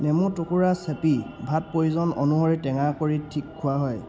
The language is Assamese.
নেমু টুকুৰা চেপি ভাত প্ৰয়োজন অনুসৰি টেঙা কৰি ঠিক খোৱা হয়